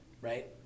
right